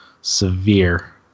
severe